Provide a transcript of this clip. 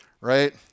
right